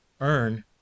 earn